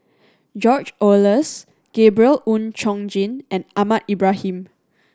George Oehlers Gabriel Oon Chong Jin and Ahmad Ibrahim